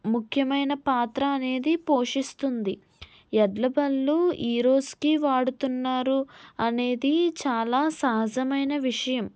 ముఖ్యమైన పాత్ర అనేది పోషిస్తుంది ఎడ్ల బళ్ళు ఈరోజుకి వాడుతున్నారు అనేది చాలా సహజమైన విషయం